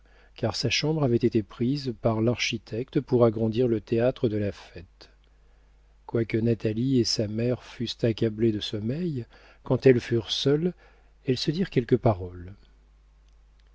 car sa chambre avait été prise par l'architecte pour agrandir le théâtre de la fête quoique natalie et sa mère fussent accablées de sommeil quand elles furent seules elles se dirent quelques paroles